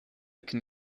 can